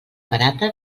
barata